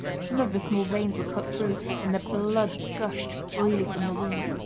some of the small veins were cut through, and the blood gushed freely from the wound.